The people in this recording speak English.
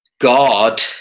God